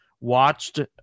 watched –